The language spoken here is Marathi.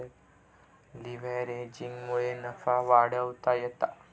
लीव्हरेजिंगमुळे नफा वाढवता येता